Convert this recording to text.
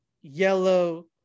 yellow